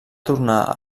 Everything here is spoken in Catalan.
tornar